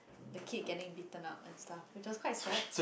the kid getting beaten upend stuff which was quite sad